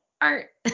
art